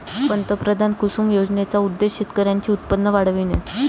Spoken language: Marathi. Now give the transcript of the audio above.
पंतप्रधान कुसुम योजनेचा उद्देश शेतकऱ्यांचे उत्पन्न वाढविणे